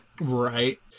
Right